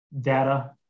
data